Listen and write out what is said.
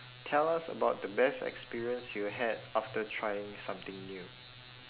tell us about the best experience you had after trying something new